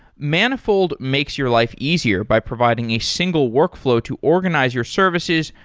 manifold makes your life easier by providing a single workflow to organize your services,